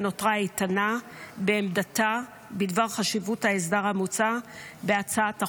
ונותרה איתנה בעמדתה בדבר חשיבות ההסדר המוצע בהצעת החוק.